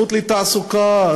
הזכות לתעסוקה,